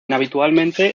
habitualmente